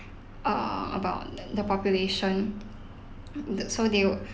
err about the population so they would